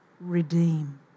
redeem